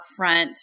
upfront